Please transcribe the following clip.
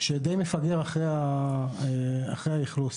שמפגרים אחרי האכלוס.